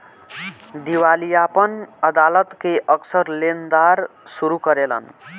दिवालियापन अदालत के अक्सर लेनदार शुरू करेलन